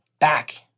back